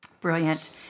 Brilliant